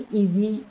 easy